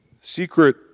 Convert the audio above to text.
secret